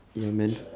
ya man